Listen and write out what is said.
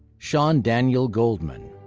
sean daniel goldman.